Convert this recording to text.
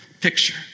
picture